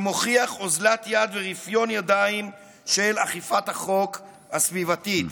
שמוכיח אוזלת יד ורפיון ידיים של אכיפת החוק הסביבתית.